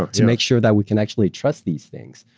to make sure that we can actually trust these things.